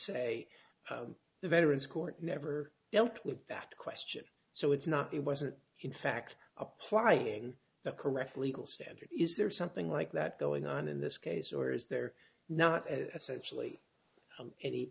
y the veterans court never dealt with that question so it's not the wasn't in fact applying the correct legal standard is there something like that going on in this case or is there not as actually